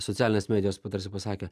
socialinės medijos tarsi pasakė